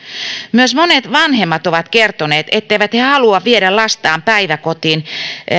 myös monet vanhemmat ovat kertoneet etteivät he halua viedä lastaan päiväkotiin